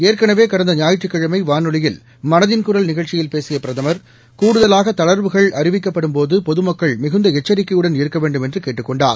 ஏற்கனவே கடந்த ஞாயிற்றுக்கிழமை வானொலியில் மனதின் குரல் நிகழ்ச்சியில் பேசிய பிரதமர் கூடுதலாக தளர்வுகள் அறிவிக்கப்படும்போது பொதுமக்கள் மிகுந்த எச்சரிக்கையுடன் இருக்க வேண்டும் என்று கேட்டுக் கொண்டார்